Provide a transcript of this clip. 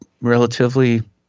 relatively